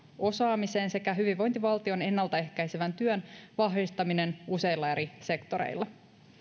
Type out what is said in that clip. osaamiseen sekä hyvinvointivaltion ennaltaehkäisevän työn vahvistaminen useilla eri sektoreilla